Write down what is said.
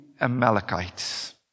Amalekites